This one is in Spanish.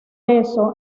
eso